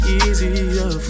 easier